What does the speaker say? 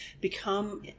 Become